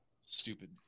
Stupid